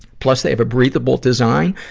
plus, they have a breathable design,